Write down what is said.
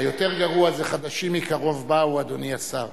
היותר גרוע זה "חדשים מקרוב באו", אדוני השר.